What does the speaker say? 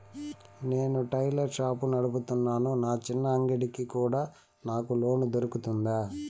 నేను tailor shop నడుపుతున్నాను, నా చిన్న అంగడి కి కూడా నాకు లోను దొరుకుతుందా?